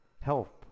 help